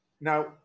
Now